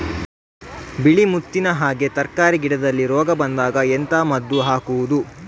ಬಿಳಿ ಮುತ್ತಿನ ಹಾಗೆ ತರ್ಕಾರಿ ಗಿಡದಲ್ಲಿ ರೋಗ ಬಂದಾಗ ಎಂತ ಮದ್ದು ಹಾಕುವುದು?